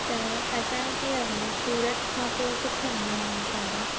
त असांजो कीअं हूंदो सूरत खां पोइ किथे वञिणो आहे असांखे